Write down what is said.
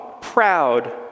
proud